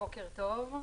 בוקר טוב.